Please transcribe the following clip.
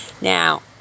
Now